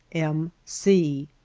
m. c.